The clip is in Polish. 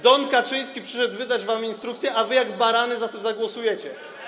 Don Kaczyński przyszedł wydać wam instrukcje, a wy jak barany za tym zagłosujecie.